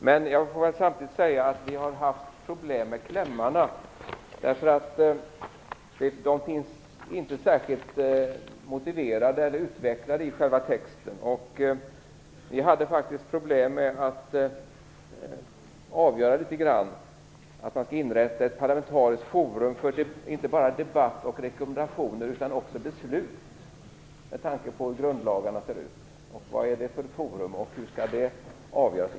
Men jag får samtidigt säga att vi har haft problem med yrkandena, för de finns inte särskilt motiverade eller utvecklade i själva texten. Vi hade faktiskt litet problem med att avgöra om man skall inrätta ett parlamentariskt forum, inte bara för debatt och rekommendationer utan också för beslut - vilket forum det skall vara och hur det skall avgöras - med tanke på hur grundlagarna är utformade.